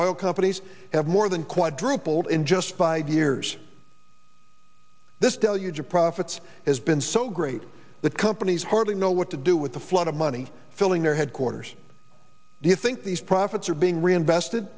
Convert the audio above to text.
oil companies have more than quadrupled in just five years this deluge of profits has been so great that companies hardly know what to do with the flood of money filling their headquarters do you think these profits are being reinvest